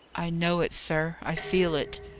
i know it, sir i feel it.